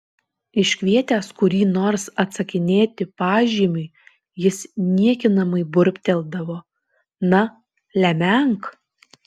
iškvietęs kurį nors atsakinėti pažymiui jis niekinamai burbteldavo na lemenk